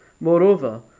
Moreover